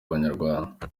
abanyarwanda